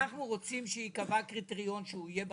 אנחנו רוצים שייקבע קריטריון שהוא יהיה בחקיקה,